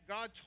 God